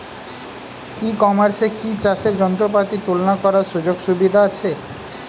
ই কমার্সে কি চাষের যন্ত্রপাতি তুলনা করার সুযোগ সুবিধা আছে?